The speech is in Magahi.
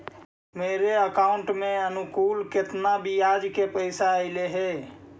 मेरे अकाउंट में अनुकुल केतना बियाज के पैसा अलैयहे?